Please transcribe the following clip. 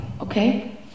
okay